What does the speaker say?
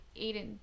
Aiden